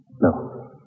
No